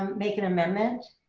um make an amendment?